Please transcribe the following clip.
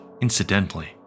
incidentally